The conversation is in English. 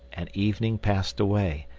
and evening passed away,